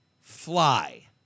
fly